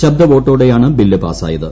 ശബ്ദവോട്ടൊടെയാണ് bill പാസായത്